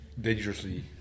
dangerously